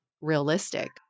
realistic